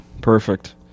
perfect